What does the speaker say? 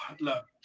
Look